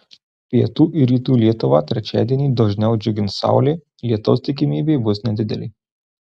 pietų ir rytų lietuvą trečiadienį dažniau džiugins saulė lietaus tikimybė bus nedidelė